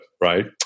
right